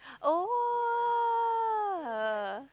oh